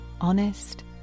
honest